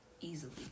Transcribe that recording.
easily